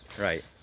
right